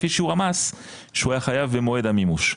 לפי שיעור המס שהוא היה חייב במועד המימוש,